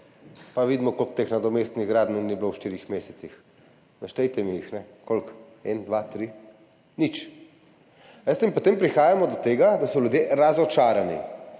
Pa vidimo, koliko teh nadomestnih gradenj je bilo v štirih mesecih. Naštejte mi jih, koliko? Ena, dva, tri? Nič. In potem prihajamo do tega, da so ljudje razočarani